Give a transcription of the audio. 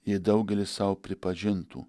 jei daugelis sau pripažintų